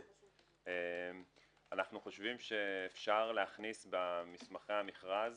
אנחנו חושבים שאפשר להכניס במסמכי המכרז